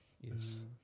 yes